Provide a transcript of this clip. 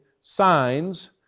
signs